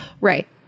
Right